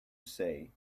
say